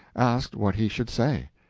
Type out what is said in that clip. asked what he should say.